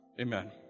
amen